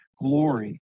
glory